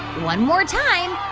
one more time.